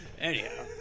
Anyhow